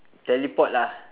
teleport lah